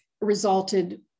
resulted